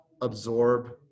absorb